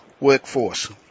workforce